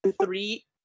three